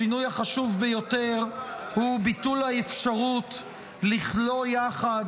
השינוי החשוב ביותר הוא ביטול האפשרות לכלוא יחד,